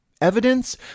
Evidence